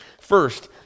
First